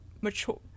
mature